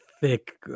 thick